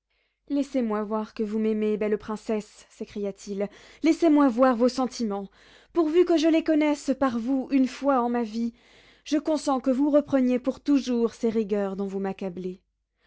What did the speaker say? laissez-moi voir que vous m'aimez belle princesse s'écria-t-il laissez-moi voir vos sentiments pourvu que je les connaisse par vous une fois en ma vie je consens que vous repreniez pour toujours ces rigueurs dont vous m'accablez